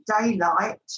daylight